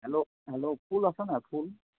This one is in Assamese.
হেল্ল' হেল্ল' ফুল আছে নাই ফুল